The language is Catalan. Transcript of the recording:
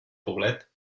poblet